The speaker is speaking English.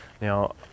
Now